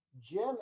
Jim